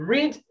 Read